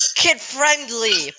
kid-friendly